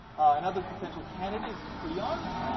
another potential candidate is prions.